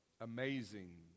amazing